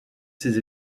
ses